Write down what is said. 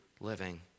living